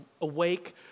awake